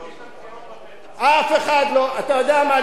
בחירות, אתה יודע מה?